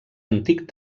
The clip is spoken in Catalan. antic